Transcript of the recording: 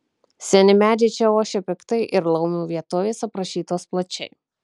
seni medžiai čia ošia piktai ir laumių vietovės aprašytos plačiai